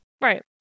Right